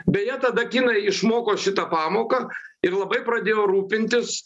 beje tada kinai išmoko šitą pamoką ir labai pradėjo rūpintis